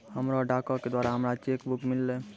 हमरा डाको के द्वारा हमरो चेक बुक मिललै